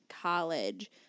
college